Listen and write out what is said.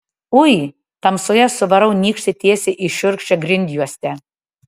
ui tamsoje suvarau nykštį tiesiai į šiurkščią grindjuostę